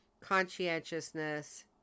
conscientiousness